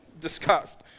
discussed